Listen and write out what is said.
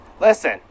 Listen